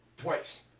twice